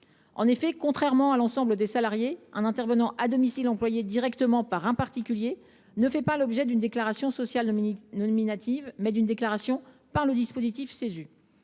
En effet, contrairement à l’ensemble des salariés, un intervenant à domicile employé directement par un particulier fait l’objet non pas d’une déclaration sociale nominative, mais d’une déclaration par le dispositif Cesu.